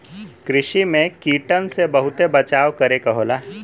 कृषि में कीटन से बहुते बचाव करे क होला